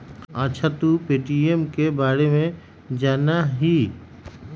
अच्छा तू पे.टी.एम के बारे में जाना हीं?